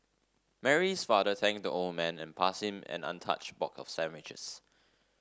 Mary's father thanked the old man and passed him an untouched box of sandwiches